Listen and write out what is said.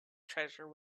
treasure